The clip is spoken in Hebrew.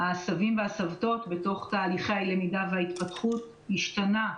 הסבים והסבתות בתהליכי הלמידה וההתפתחות השתנה,